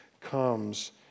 comes